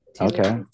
Okay